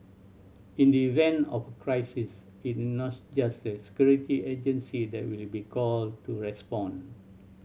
in the event of a crisis it is not just the security agency that will be called to respond